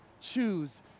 choose